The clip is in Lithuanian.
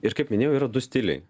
ir kaip minėjau yra du stiliai